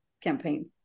campaign